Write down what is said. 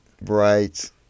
Right